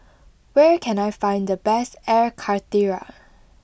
where can I find the best Air Karthira